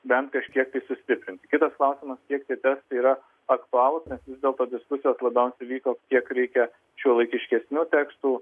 bent kažkiek tai sustiprinti kitas klausimas kiek tie tekstai yra aktualūs nes vis dėlto diskusijos labiausiai vyko kiek reikia šiuolaikiškesnių tekstų